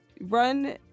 run